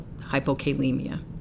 hypokalemia